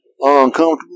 Uncomfortable